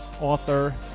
author